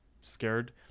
scared